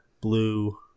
blue